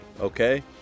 okay